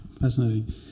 fascinating